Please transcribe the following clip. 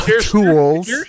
tools